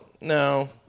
No